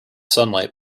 sunlight